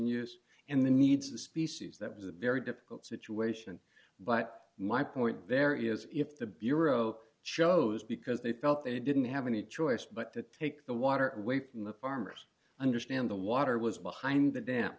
use and the needs of the species that was a very difficult situation but my point very is if the bureau chose because they felt they didn't have any choice but to take the water away from the farmers understand the water was behind the damp